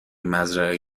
مزرعه